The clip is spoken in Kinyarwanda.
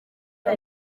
bwa